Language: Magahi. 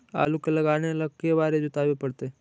आलू के लगाने ल के बारे जोताबे पड़तै?